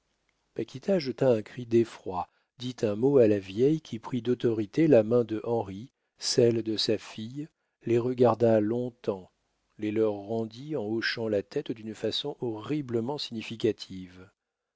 paquita jeta un cri d'effroi dit un mot à la vieille qui prit d'autorité la main de henri celle de sa fille les regarda long-temps les leur rendit en hochant la tête d'une façon horriblement significative